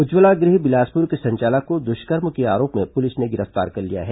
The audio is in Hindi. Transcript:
उज्जवला गृह बिलासपुर के संचालक को दुष्कर्म के आरोप में पुलिस ने गिरफ्तार कर लिया है